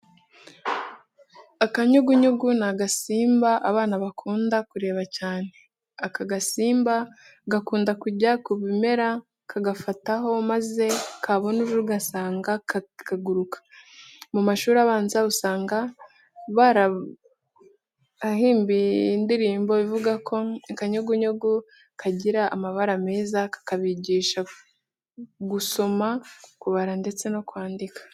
Akanyugunyugu ni agasimba abana bakunda kureba cyane. Aka gasimba gakunda kujya ku bimera kagafataho maze kabona uje ugasanga kakigurukira. Mu mashuri abanza usanga barabahimbiye n'indirimbo ivuga ko akanyugunyugu kagira amabara meza, kakabigisha kusoma, kubara ndetse no kwandika.